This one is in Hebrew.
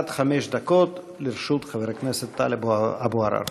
עד חמש דקות לרשות חבר הכנסת טלב אבו עראר.